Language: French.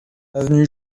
avenue